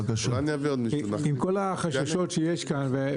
עם כל החששות שיש כאן,